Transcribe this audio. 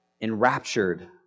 enraptured